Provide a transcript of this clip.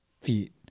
feet